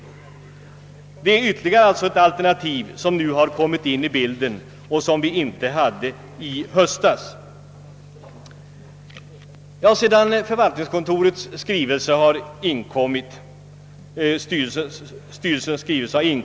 Detta är ytterligare ett alternativ som nu kommit in i bilden och som vi inte hade i höstas.